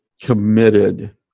committed